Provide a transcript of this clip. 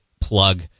plug